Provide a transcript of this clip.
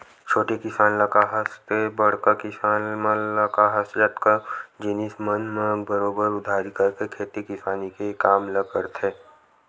छोटे किसान ल काहस ते बड़का किसान मन ल काहस कतको जिनिस मन म बरोबर उधारी करके खेती किसानी के काम ल करथे